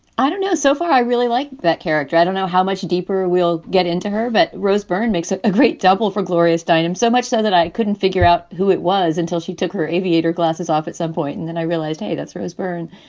i don't know. so far, i really like that character. i don't know how much deeper we'll get into her, but rose byrne makes it a great double for gloria steinem, so much so that i couldn't figure out who it was until she took her aviator glasses off at some point. and then i realized, hey, that's rose byrne.